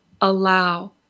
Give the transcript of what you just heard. allow